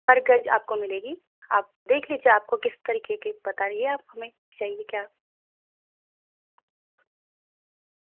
پر گز آپ کو ملے گی آپ دیکھ لیجیے آپ کو کس طریقے کے بتا رہے آپ ہمیں چاہیے کیا